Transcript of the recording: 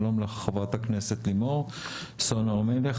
שלום לך חברת הכנסת לימור סון הר מלך,